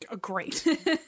great